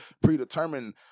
predetermined